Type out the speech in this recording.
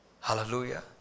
Hallelujah